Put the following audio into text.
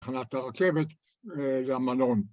תחנת הרכבת והמלון